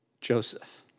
Joseph